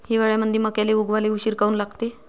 हिवाळ्यामंदी मक्याले उगवाले उशीर काऊन लागते?